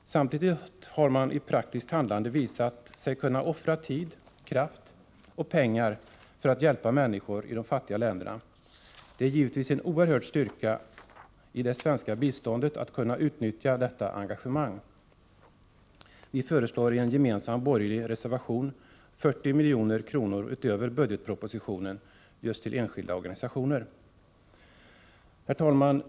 Samtidigt har man i praktiskt handlande visat sig kunna offra tid, kraft och pengar för att hjälpa människor i de fattiga länderna. Det är givetvis en 81 oerhörd styrka i det svenska biståndet att kunna utnyttja detta engagemang. Vi föreslår i en gemensam borgerlig reservation 40 milj.kr. utöver 17 april 1985 vad som föreslås i budgetpropositionen just till enskilda organisationer. Herr talman!